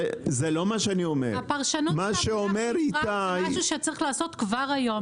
מה שאומר איתי -- הפרשנות זה משהו שצריך לעשות כבר היום,